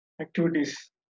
activities